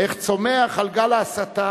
איך צומח על גל ההסתה,